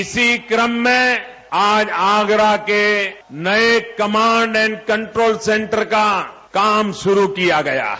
इसी क्रम में आज आगरा के नये कमांड एण्ड कंट्रोल सेंटर का कार्य शुरू किया गया है